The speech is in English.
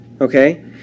okay